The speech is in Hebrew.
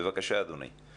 בבקשה, אדוני.